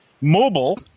mobile